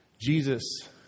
Jesus